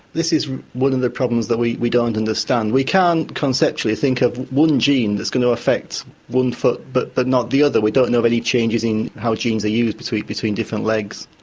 this is one of the problems that we we don't understand. we can't conceptually think of one gene that's going to affect one foot but but not the other. we don't know of any changes in how genes are used between between different legs.